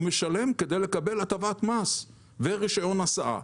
הוא משלם כדי לקבל הטבת מס ורישיון הסעה.